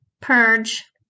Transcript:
purge